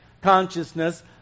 consciousness